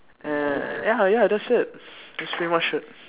and ya ya that's it that's pretty much it